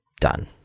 Done